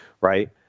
right